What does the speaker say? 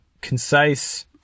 concise